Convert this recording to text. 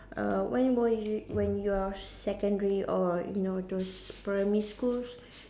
uh when were you when you're secondary or you know those primary schools